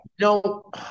No